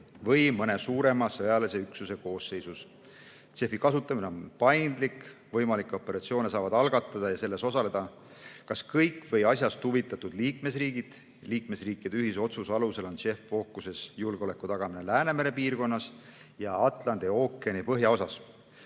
või mõne suurema sõjalise üksuse koosseisus. JEF‑i kasutamine on paindlik, võimalikke operatsioone saavad algatada ja selles osaleda kas kõik või asjast huvitatud liikmesriigid. Liikmesriikide ühise otsuse alusel on JEF‑i fookuses julgeoleku tagamine Läänemere piirkonnas ja Atlandi ookeani põhjaosas,